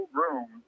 room